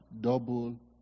double